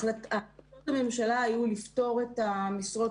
החלטות הממשלה היו לפטור את המשרות